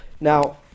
Now